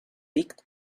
picked